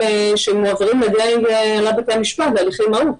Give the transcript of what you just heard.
שמועברים על ידי הנהלת בתי המשפט בהליכי מהו"ת.